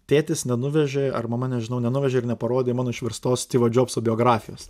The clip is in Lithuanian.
tėtis nenuvežė ar mama nežinau nenuvežė ir neparodė mano išverstos stivo džobso biografijos